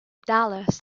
dallas